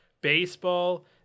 baseball